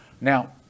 Now